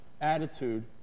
attitude